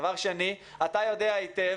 דבר שני, אתה יודע היטב